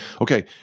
Okay